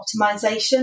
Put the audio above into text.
optimization